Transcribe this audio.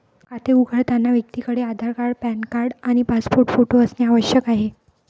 खाते उघडताना व्यक्तीकडे आधार कार्ड, पॅन कार्ड आणि पासपोर्ट फोटो असणे आवश्यक आहे